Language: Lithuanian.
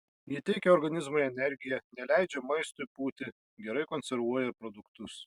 ji teikia organizmui energiją neleidžia maistui pūti gerai konservuoja produktus